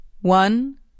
One